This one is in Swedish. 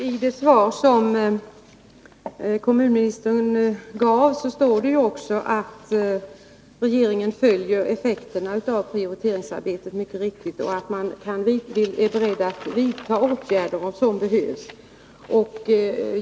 Herr talman! Jag tackar för detta. I det svar som kommunministern gav står det också att regeringen följer effekterna av prioriteringsarbetet och att man är beredd att vidta åtgärder om så behövs.